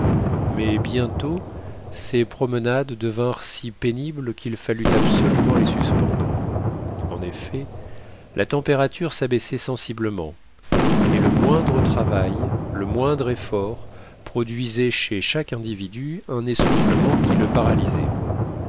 mais bientôt ces promenades devinrent si pénibles qu'il fallut absolument les suspendre en effet la température s'abaissait sensiblement et le moindre travail le moindre effort produisait chez chaque individu un essoufflement qui le paralysait